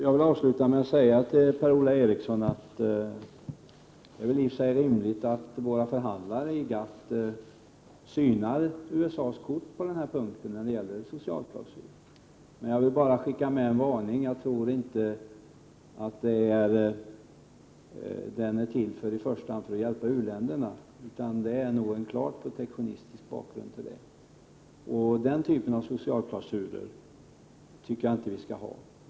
Jag vill avsluta med att säga till Per-Ola Eriksson att det väl i och för sig är rimligt att våra förhandlare i GATT synar USA:s kort när det gäller socialklausulen. Jag vill bara skicka med en varning: Jag tror inte att den i första hand är till för att hjälpa u-länderna, utan det finns nog en klart protektionistisk bakgrund. Den typen av socialklausuler tycker jag inte att vi skall ha.